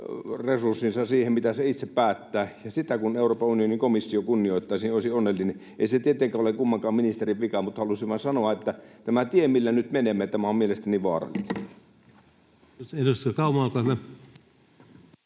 siihen, mitä se itse päättää, ja sitä kun Euroopan unionin komissio kunnioittaisi, niin olisin onnellinen. Ei se tietenkään ole kummankaan ministerin vika, mutta halusin vain sanoa, että tämä tie, millä nyt menemme, on mielestäni vaarallinen. Edustaja Kauma, olkaa hyvä.